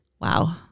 Wow